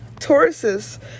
Tauruses